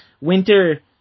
winter